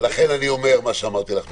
לכן אני אומר את מה שאמרתי לך קודם,